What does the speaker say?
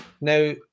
Now